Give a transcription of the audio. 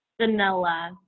Vanilla